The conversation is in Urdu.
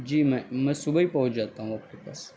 جی میں میں صبح ہی پہنچ جاتا ہوں آپ کے پاس